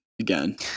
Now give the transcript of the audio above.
again